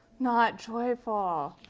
not joyful!